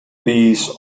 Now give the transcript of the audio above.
this